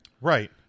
Right